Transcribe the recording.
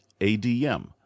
adm